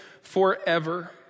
forever